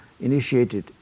initiated